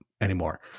anymore